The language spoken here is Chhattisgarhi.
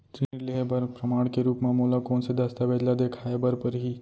ऋण लिहे बर प्रमाण के रूप मा मोला कोन से दस्तावेज ला देखाय बर परही?